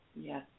Yes